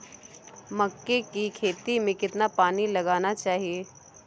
मक्के की खेती में कितना पानी लगाना चाहिए?